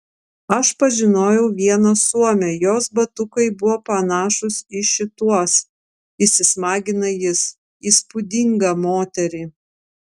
aš pažinojau vieną suomę jos batukai buvo panašūs į šituos įsismagina jis įspūdingą moterį